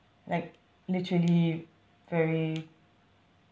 like literally very